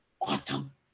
awesome